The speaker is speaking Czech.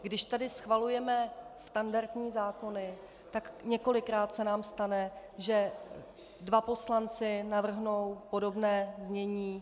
Když tady schvalujeme standardní zákony, tak několikrát se nám stane, že dva poslanci navrhnou podobné znění.